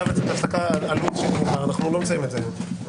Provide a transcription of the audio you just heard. אנחנו לא נסיים את זה היום.